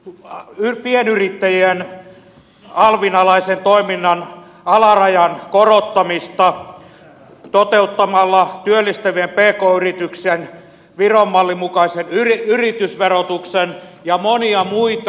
perussuomalaiset vaativat esimerkiksi pienyrittäjien alvin alaisen toiminnan alarajan korottamista toteuttamalla työllistävien pk yrityksien viron mallin mukaisen yritysverotuksen ja monia muita